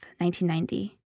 1990